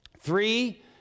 Three